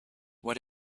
what